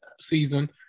season